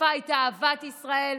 השפה הייתה אהבת ישראל,